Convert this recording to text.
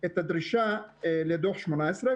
את הדרישה לדוח 2018,